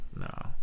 no